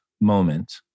moment